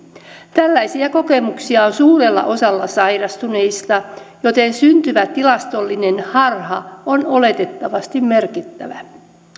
tällaisia kokemuksia on suurella osalla sairastuneista joten syntyvä tilastollinen harha on oletettavasti merkittävä